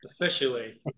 officially